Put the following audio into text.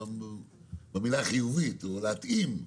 במילה חיובית הכוונה להתאים,